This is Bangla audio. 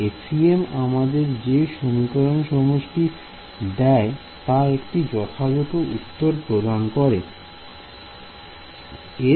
FEM আমাদের যে সমীকরণ সমষ্টি দেয় তা একটি যথাযথ উত্তর প্রদান করবে